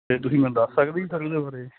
ਤੇ ਤੁਸੀਂ ਮੈਨੂੰ ਦੱਸ ਸਕਦੇ ਹੋ ਇਹਦੇ ਬਾਰੇ